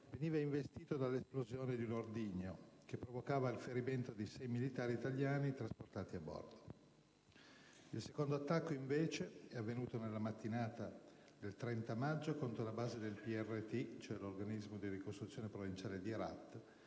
veniva investito dall'esplosione di un ordigno, che provocava il ferimento dei sei militari italiani trasportati a bordo. Il secondo attacco, invece, è avvenuto nella mattinata del 30 maggio, contro la base del PRT, cioè l'organismo di ricostruzione provinciale di